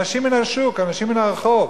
אנשים מהשוק, אנשים מן הרחוב,